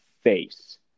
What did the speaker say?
face